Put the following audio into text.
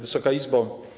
Wysoka Izbo!